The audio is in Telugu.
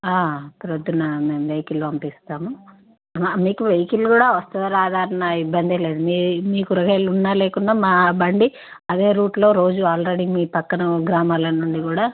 ప్రొదున్న మేము వెహికల్ పంపిస్తాము మీకు వెహికల్ కూడా వస్తుందా రాదా అన్న ఇబ్బంది లేదు మీ మీ కూరగాయలు ఉన్నా లేకున్నా మా బండి అదే రూట్లో రోజు ఆల్రెడీ మీ పక్కన గ్రామాలనుండి కూడా